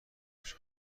تشکر